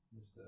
Mr